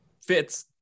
fits